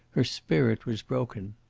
her spirit was broken.